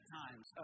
times